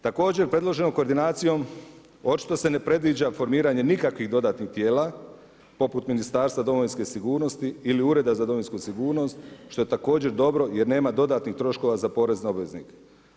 Također predloženom koordinacijom očito se ne predviđa formiranje nikakvih dodatnih tijela poput ministarstva domovinske sigurnosti ili Ureda za domovinsku sigurnost što je također dobro jer nema dodatnih troškova za porezne obveznike.